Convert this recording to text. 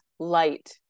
Light